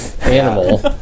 animal